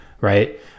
right